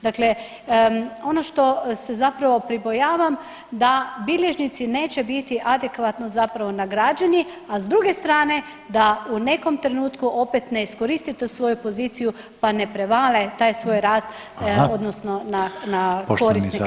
Dakle, ono što se zapravo pribojavam da bilježnici neće biti adekvatno zapravo nagrađeni, a s druge strane da u nekom trenutku opet ne iskoristi tu svoju poziciju pa ne prevale taj svoj rad, odnosno na korisnike usluga.